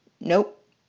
Nope